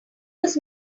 was